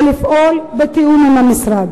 ולפעול בתיאום עם המשרד.